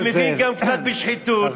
ומבין גם קצת בשחיתות.